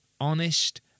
honest